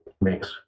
makes